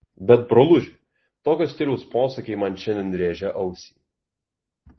bet broluži tokio stiliaus posakiai man šiandien rėžia ausį